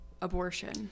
abortion